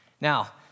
Now